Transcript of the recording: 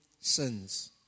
Sins